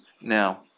now